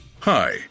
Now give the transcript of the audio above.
Hi